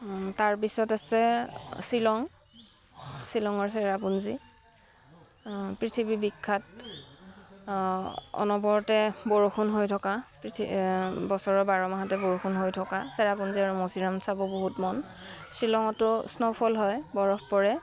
তাৰপিছত আছে শ্বিলং শ্বিলঙৰ চেৰাপুঞ্জী পৃথিৱী বিখ্যাত অনবৰতে বৰষুণ হৈ থকা বছৰৰ বাৰ মাহতে বৰষুণ হৈ থকা চেৰাপুঞ্জী আৰু মৌচিনৰাম চাব বহুত মন শ্বিলঙতো স্ন'ফল হয় বৰফ পৰে